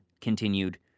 continued